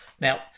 Now